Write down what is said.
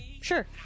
Sure